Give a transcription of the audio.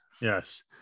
yes